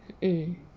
mm